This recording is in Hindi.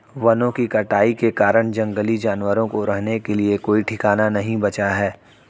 वनों की कटाई के कारण जंगली जानवरों को रहने के लिए कोई ठिकाना नहीं बचा है